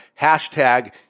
hashtag